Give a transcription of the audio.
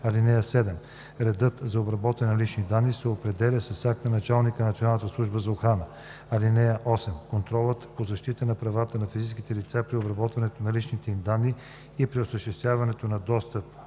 лица. (7) Редът за обработване на лични данни се определя с акт на началника на Националната служба за охрана. (8) Контролът по защитата на правата на физическите лица при обработването на личните им данни и при осъществяването на достъп